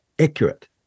accurate